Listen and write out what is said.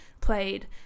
played